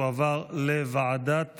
לוועדת